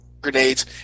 grenades